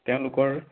তেওঁলোকৰ